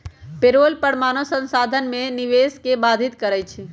payroll कर मानव संसाधन में निवेश के बाधित करइ छै